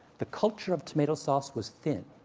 the culture of tomato sauce was thin.